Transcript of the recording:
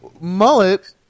Mullet